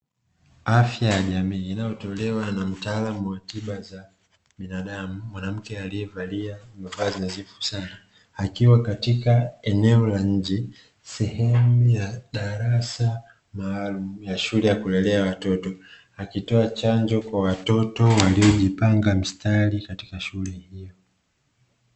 Afya ya jamii inayotolewa na mtaalamu wa tiba za binadamu mwanamke aliyevalia mavazi nadhifu sana, akiwa katika eneo la nje sehemu ya darasa maalum la shule ya kulelea watoto, akitoa chanjo kwa watoto waliojipanga mstari katika shule hiyo.